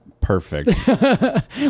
Perfect